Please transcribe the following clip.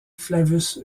flavius